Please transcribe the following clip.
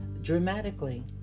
dramatically